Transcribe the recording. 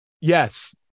Yes